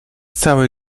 cały